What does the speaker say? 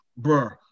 bruh